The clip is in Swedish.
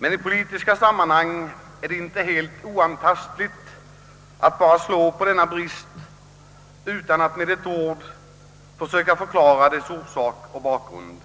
Men i politiska sammanhang är det inte helt oantastligt att bara tala om denna brist utan att med ett ord söka förklara dess orsak och bakgrund.